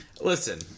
Listen